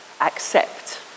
accept